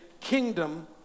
kingdom